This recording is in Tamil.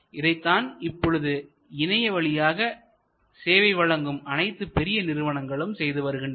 இதைத்தான் இப்பொழுது இணைய வழியாக சேவை வழங்கும் அனைத்து பெரிய நிறுவனங்களும் செய்து வருகின்றன